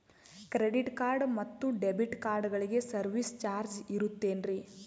Credit card ಮತ್ತು debit ಕಾರ್ಡಗಳಿಗೆ service charge ಇರುತೇನ್ರಿ?